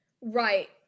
Right